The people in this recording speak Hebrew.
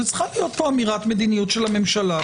צריכה להיות פה אמירת מדיניות של הממשלה,